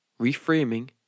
Reframing